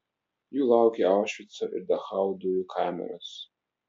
jų laukė aušvico ir dachau dujų kameros